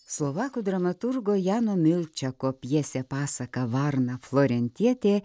slovakų dramaturgo jano milčeko pjesė pasaka varna florentietė